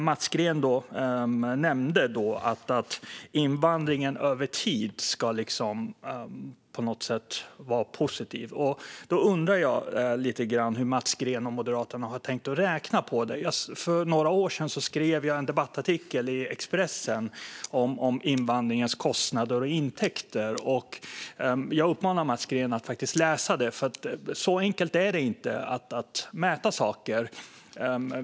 Mats Green nämnde att invandringen över tid på något sätt ska vara positiv. Då undrar jag lite grann hur Mats Green och Moderaterna har tänkt räkna på det. För några år sedan skrev jag en debattartikel i Expressen om invandringens kostnader och intäkter. Jag uppmanar Mats Green att läsa den, för så enkelt är det inte att mäta saker.